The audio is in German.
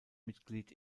mitglied